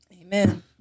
Amen